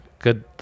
Good